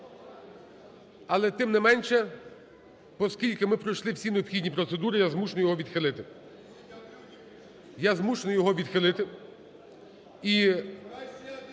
але, тим не менше, оскільки ми пройшли всі необхідні процедури, я змушений його відхилити. Я змушений його відхилити.